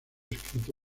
escrito